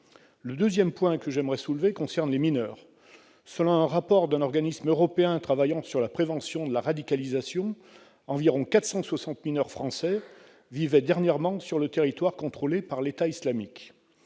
de leur possible retour sur notre territoire ? Par ailleurs, selon un rapport d'un organisme européen travaillant sur la prévention de la radicalisation, environ 460 mineurs français vivaient dernièrement sur le territoire contrôlé par l'État islamique,